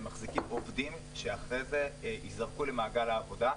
הם מחזיקים עובדים שאחרי זה יזרקו למעגל העבודה,